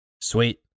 Sweet